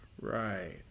Right